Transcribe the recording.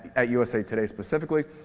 at usa today, specifically.